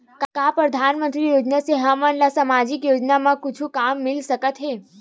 का परधानमंतरी योजना से हमन ला सामजिक योजना मा कुछु काम मिल सकत हे?